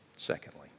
Secondly